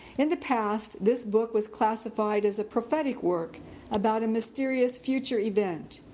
in the past, this book was classified as a prophetic work about a mysterious future event.